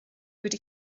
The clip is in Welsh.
wedi